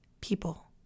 people